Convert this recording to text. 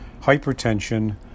hypertension